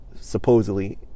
supposedly